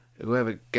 whoever